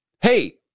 hey